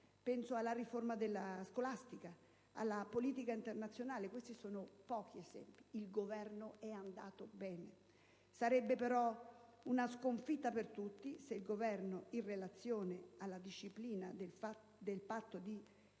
Stato, alla riforma scolastica, alla politica internazionale (sono solo pochi di possibili esempi). Il Governo è andato bene. Sarebbe però una sconfitta per tutti se esso, in relazione alla disciplina del Patto di